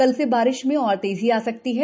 कल से बारिश में और तेजी आ सकती है